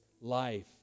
life